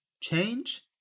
change